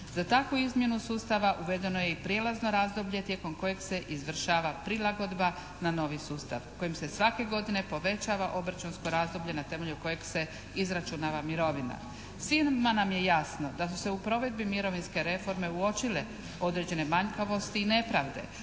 Za takvu izmjenu sustav uvedeno je i prijelazno razdoblje tijekom kojeg se izvršava prilagodba na novi sustav kojim se svake godine povećava obračunsko razdoblje na temelju kojeg se izračunava mirovina. Svima nam je jasno da su se u provedbi mirovinske reforme uočile određene manjkavosti i nepravde